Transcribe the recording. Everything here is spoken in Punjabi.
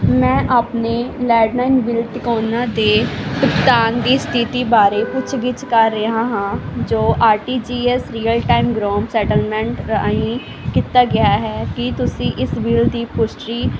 ਮੈਂ ਆਪਣੇ ਲੈਂਡਲਾਈਨ ਬਿੱਲ ਤਿਕੋਨਾ ਦੇ ਭੁਗਤਾਨ ਦੀ ਸਥਿਤੀ ਬਾਰੇ ਪੁੱਛ ਗਿੱਛ ਕਰ ਰਿਹਾ ਹਾਂ ਜੋ R T G S real time gross settlement ਰਾਹੀਂ ਕੀਤਾ ਗਿਆ ਹੈ ਕੀ ਤੁਸੀਂ ਇਸ ਬਿੱਲ ਦੀ ਪੁਸ਼ਟੀ